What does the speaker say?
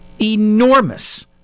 enormous